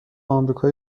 آمریکای